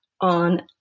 on